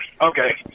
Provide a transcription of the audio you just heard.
Okay